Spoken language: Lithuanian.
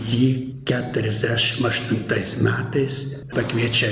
jį keturiasdešim aštuntais metais pakviečia